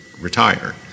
retire